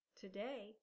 Today